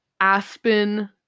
Aspen